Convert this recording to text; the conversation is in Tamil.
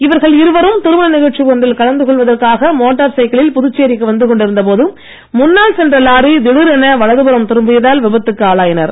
இவர்கள் இருவரும் திருமண நிகழ்ச்சி ஒன்றில் கலந்து கொள்வதற்காக மோட்டார் சைக்கிளில் புதுச்சேரிக்கு வந்து கொண்டிருந்த போது முன்னால் சென்ற லாரி திடீரென வலதுபுறம் திரும்பியதால் விபத்துக்கு ஆளாயினர்